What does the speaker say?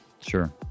Sure